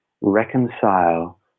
reconcile